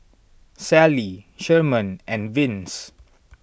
Sallie Sherman and Vince